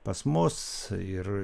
pas mus ir